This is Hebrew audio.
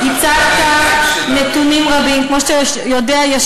קיבלנו את, לידיים שלך.